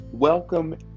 Welcome